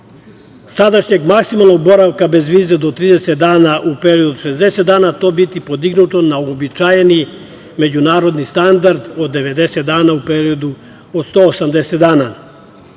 sadašnjeg maksimalnog boravka bez vize do 30 dana u periodu od 60 dana, to biti podignuto na uobičajeni međunarodni standard od 90 dana u periodu od 180 dana. Mi